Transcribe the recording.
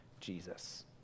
Jesus